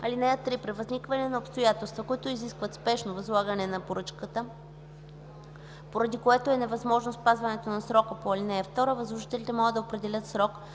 (3) При възникване на обстоятелства, които изискват спешно възлагане на поръчка, поради което е невъзможно спазването на срока по ал. 2, възложителите могат да определят срок